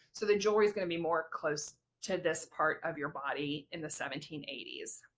so the jewelry is going to be more close to this part of your body in the seventeen eighty s.